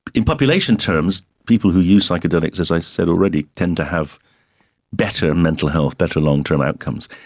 in population terms, people who use psychedelics, as i said already, tend to have better mental health, better long-term outcomes,